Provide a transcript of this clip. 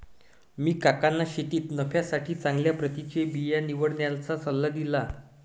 मी काकांना शेतीत नफ्यासाठी चांगल्या प्रतीचे बिया निवडण्याचा सल्ला दिला